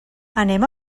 anem